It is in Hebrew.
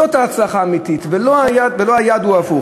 זאת ההצלחה האמיתית, ולא שהיעד הוא הפוך.